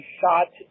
shot